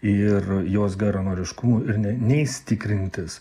ir jos geranoriškumu ir ne neis tikrintis